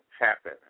happen